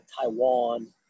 Taiwan